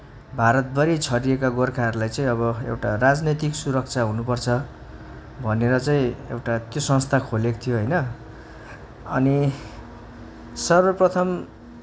भारतभरी छरिएका गोर्खाहरूलाई चाहिँ अब एउटा राजनैतिक सुरक्षा हुनुपर्छ भनेर चाहिँ एउटा त्यो संस्था खोलेको थियो होइन अनि सर्वप्रथम